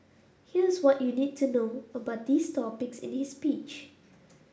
here's what you need to know about these topics in his speech